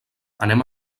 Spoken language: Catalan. anem